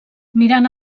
mirant